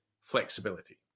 flexibility